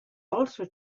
also